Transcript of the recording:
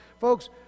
Folks